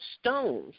stones